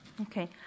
Okay